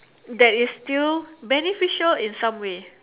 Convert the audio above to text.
that is still beneficial in some way